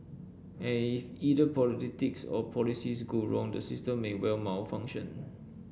and if either politics or policies go wrong the system may well malfunction